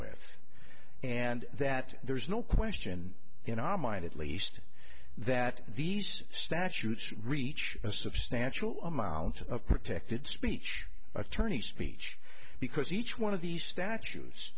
with and that there is no question in our mind at least that these statutes reach a substantial amount of protected speech attorneys speech because each one of the statues